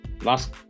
last